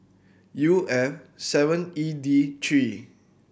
U F seven E D three